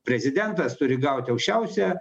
prezidentas turi gauti aukščiausią